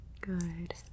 Good